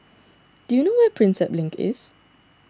do you know where is Prinsep Link